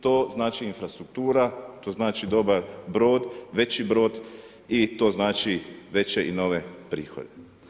To znači infrastruktura, to znači dobar brod, veći brod i to znači veće i nove prihode.